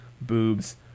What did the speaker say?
Boobs